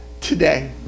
today